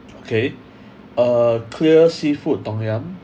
okay uh clear seafood tom yum